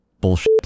bullshit